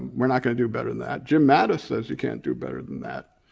we're not gonna do better than that. jim mattis says you can't do better than that.